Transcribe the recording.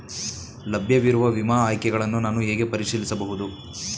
ಲಭ್ಯವಿರುವ ವಿಮಾ ಆಯ್ಕೆಗಳನ್ನು ನಾನು ಹೇಗೆ ಪರಿಶೀಲಿಸಬಹುದು?